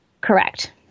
Correct